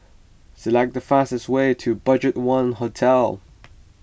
select the fastest way to Budget one Hotel